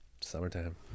summertime